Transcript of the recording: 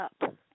up